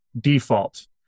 default